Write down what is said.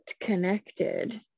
connected